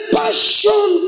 passion